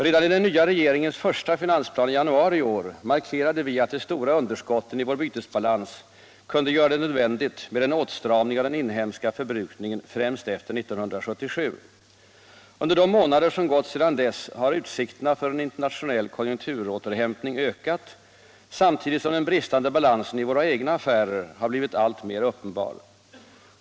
Redan i den nya regeringens första finansplan i januari i år markerade vi att de stora underskotten i vår bytesbalans kunde göra det nödvändigt med en åtstramning av den inhemska förbrukningen främst efter 1977. Under de månader som gått sedan dess har utsikterna för en internationell konjunkturåterhämtning ökat samtidigt som den bristande balansen i våra egna affärer har blivit alltmer uppenbar.